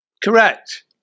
Correct